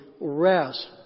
rest